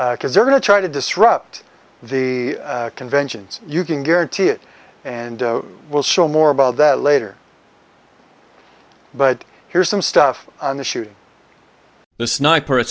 because they're going to try to disrupt the conventions you can guarantee it and we'll show more about that later but here's some stuff on the shooting the sniper